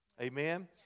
Amen